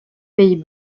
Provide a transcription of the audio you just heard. pays